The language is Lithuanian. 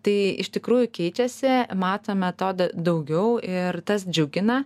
tai iš tikrųjų keičiasi matome to daugiau ir tas džiugina